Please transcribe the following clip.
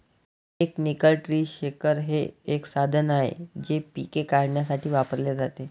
mechanical tree shaker हे एक साधन आहे जे पिके काढण्यासाठी वापरले जाते